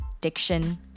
diction